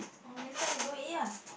oh next time we go to eat ah